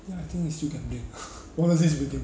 ya I think it's still gambling one is still bidding